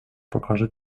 pokażę